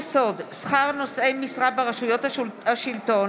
חוק-יסוד: שכר נושאי משרה ברשויות השלטון